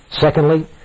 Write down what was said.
Secondly